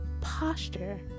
posture